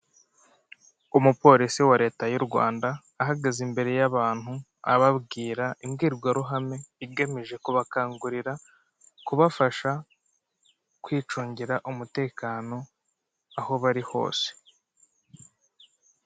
Umupolisi wa Leta y'u Rwanda ahagaze imbere y'abantu ababwira imbwirwaruhame igamije kubakangurira, kubafasha, kwicungira umutekano aho bari hose.